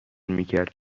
میکرد